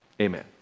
Amen